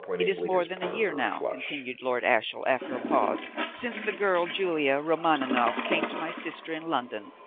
it is more than a year, now, continued lord ashiel, after a pause, since the girl julia romaninov came to my sister in london,